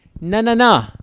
na-na-na